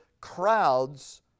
crowds